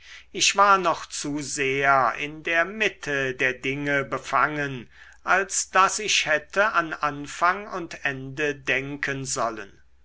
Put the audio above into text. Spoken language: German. ich war noch zu sehr in der mitte der dinge befangen als daß ich hätte an anfang und ende denken sollen